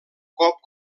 cop